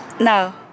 No